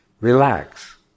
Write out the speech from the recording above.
Relax